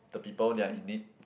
the people that are in need